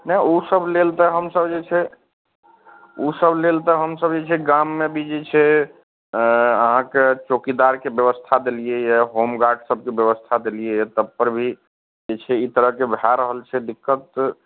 नहि ओसब लेल तऽ हमसभ जे छै ओसब लेल तऽ हमसभ जे छै गाममे भी जे छै अहाँकेँ चौकीदारके बेबस्था देलिए यऽ होमगार्ड सभके बेबस्था देलिए यऽ तबपर भी जे छै ई तरहके भए रहल छै दिक्कत